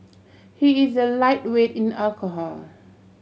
he is a lightweight in alcohol